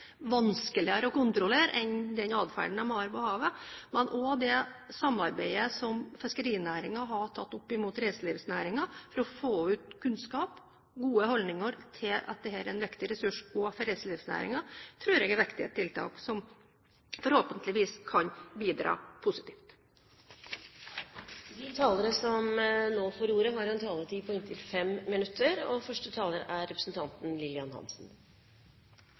vanskeligere å kontrollere enn den atferden de har på havet. Samarbeidet som fiskerinæringen har hatt med reiselivsnæringen for å få ut kunnskap om og gode holdninger til at dette er en viktig ressurs, også for reiselivsnæringen, tror jeg er viktig, som forhåpentligvis kan bidra positivt. Det er fortsatt veldig bra, synes jeg, at fiskeripolitiske saker nok en gang er på sakskartet i denne salen. Det er veldig bra. Etter mitt syn er